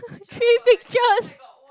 three pictures